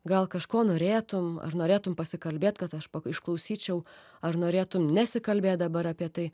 gal kažko norėtum ar norėtum pasikalbėt kad aš išklausyčiau ar norėtum nesikalbėt dabar apie tai